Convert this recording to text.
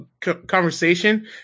conversation